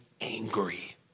angry